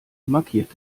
markiert